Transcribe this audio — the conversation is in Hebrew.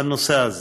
בנושא הזה.